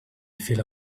feel